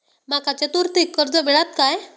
माका चतुर्थीक कर्ज मेळात काय?